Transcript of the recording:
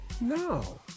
No